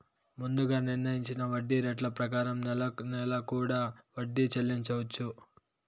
ముందుగా నిర్ణయించిన వడ్డీ రేట్ల ప్రకారం నెల నెలా కూడా వడ్డీ చెల్లించవచ్చు